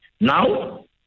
Now